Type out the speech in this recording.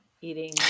eating